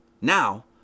Now